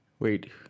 Wait